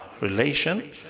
relation